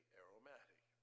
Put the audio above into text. aromatic